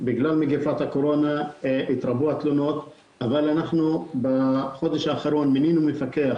בגלל מגפת הקורונה התרבו התלונות אבל אנחנו בחודש האחרון מינינו מפקח